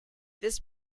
this